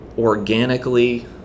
organically